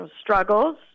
struggles